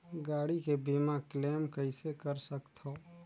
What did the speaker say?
गाड़ी के बीमा क्लेम कइसे कर सकथव?